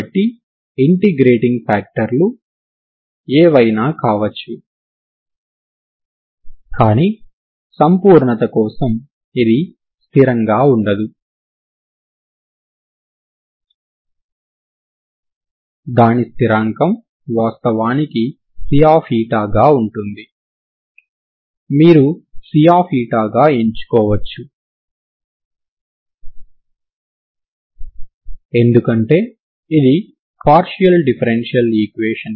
కాబట్టి ఈ విధానాన్ని ఉపయోగించి ఈ సమీకరణం ఒకే పరిష్కారాన్ని కలిగి ఉంటుందని చూపిస్తాము సరేనా